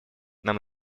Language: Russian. нам